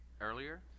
earlier